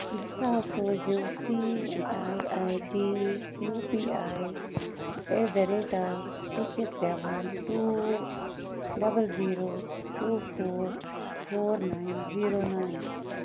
زٕ ساس سوٗزیو سی I I D U P I at the rate of six seven two double zero two four four nine zero nine